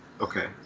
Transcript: Okay